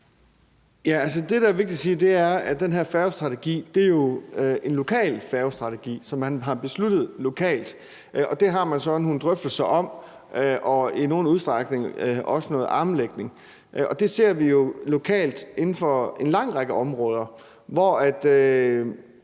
det, der er vigtigt at sige, er, at den her færgestrategi jo er en lokal færgestrategi, som man har besluttet lokalt, og det har man så nogle drøftelser og i nogen udstrækning også noget armlægning om. Det ser vi jo lokalt inden for en lang række områder, hvor